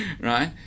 right